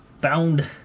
Bound